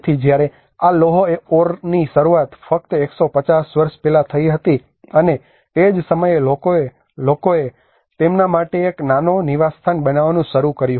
તેથી જ્યારે આ લોહ ઓરની શરૂઆત ફક્ત 150 વર્ષ પહેલા થઈ હતી અને તે જ સમયે લોકોએ તેમના માટે એક નાનો નિવાસસ્થાન બનાવવાનું શરૂ કર્યું